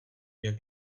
jak